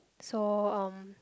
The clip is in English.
so uh